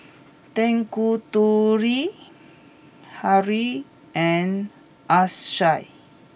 Tanguturi Hri and Akshay